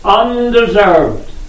undeserved